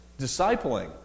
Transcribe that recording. discipling